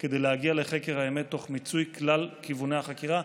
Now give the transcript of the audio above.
כדי להגיע לחקר האמת תוך מיצוי כלל כיווני החקירה.